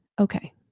okay